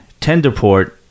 Tenderport